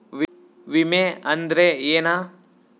ವಿಮೆ ಅಂದ್ರೆ ಏನ?